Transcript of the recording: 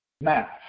math